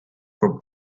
for